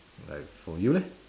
like for you leh